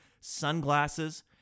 sunglasses